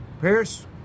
Pierce